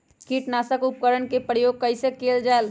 किटनाशक उपकरन का प्रयोग कइसे कियल जाल?